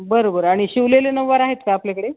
बरं बरं आणि शिवलेले नऊवार आहेत का आपल्याकडे